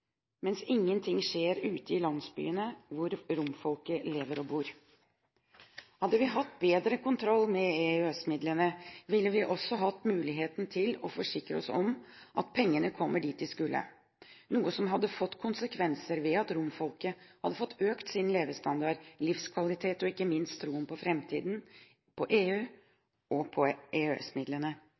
mens ingenting skjer ute i landsbyene hvor romfolket lever og bor. Hadde vi hatt bedre kontroll med EØS-midlene, ville vi også hatt muligheten til å forsikre oss om at pengene kom dit de skulle, noe som hadde fått konsekvenser ved at romfolket hadde fått økt sin levestandard og livskvalitet og ikke minst troen på framtiden, på EU og på